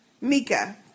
Mika